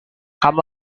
kamu